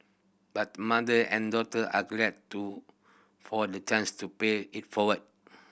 but mother and daughter are glad to for the chance to pay it forward